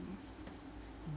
yes